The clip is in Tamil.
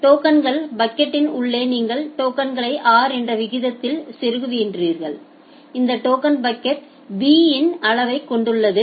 டோக்கன் பக்கெட்யின் உள்ளே நீங்கள் டோக்கன்களை r என்ற விகிதத்தில் செருகுகிறீர்கள் இந்த டோக்கன் பக்கெட் b இன் அளவைக் கொண்டுள்ளது